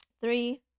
Three